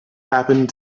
happened